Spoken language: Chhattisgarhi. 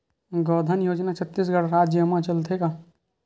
गौधन योजना छत्तीसगढ़ राज्य मा चलथे का?